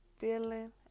feeling